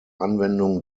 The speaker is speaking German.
anwendung